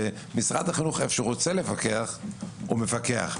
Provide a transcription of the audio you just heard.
משרד החינוך איפה שרוצה לפקח הוא מפקח.